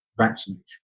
vaccination